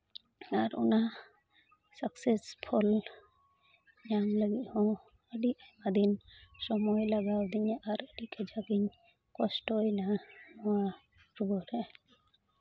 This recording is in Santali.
ᱟᱨ ᱚᱱᱟ ᱥᱟᱠᱥᱮᱥ ᱯᱷᱚᱞ ᱧᱟᱢ ᱞᱟᱹᱜᱤᱫ ᱦᱚᱸ ᱟᱹᱰᱤ ᱟᱭᱢᱟᱫᱤᱱ ᱥᱚᱢᱚᱭ ᱞᱟᱜᱟᱣ ᱟᱫᱤᱧᱟ ᱟᱨ ᱟᱹᱰᱤ ᱠᱟᱡᱟᱠ ᱤᱧ ᱠᱚᱥᱴᱚᱭᱮᱱᱟ ᱱᱚᱣᱟ ᱚᱱᱚᱬᱦᱮ